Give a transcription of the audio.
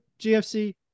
GFC